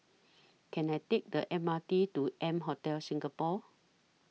Can I Take The M R T to M Hotel Singapore